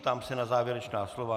Ptám se na závěrečná slova.